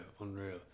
unreal